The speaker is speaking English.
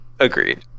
Agreed